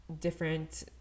different